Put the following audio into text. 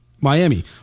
Miami